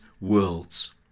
worlds